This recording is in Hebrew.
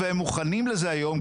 והם מוכנים לזה היום,